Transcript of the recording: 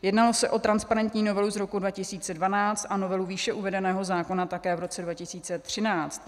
Jednalo se o transparentní novelu z roku 2012 a novelu výše uvedeného zákona také v roce 2013.